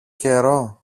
καιρό